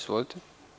Izvolite.